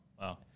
Wow